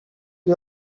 you